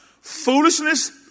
Foolishness